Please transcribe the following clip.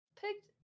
picked